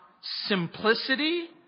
simplicity